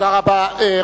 תודה רבה.